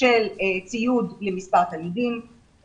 של ציוד למספר תלמידים,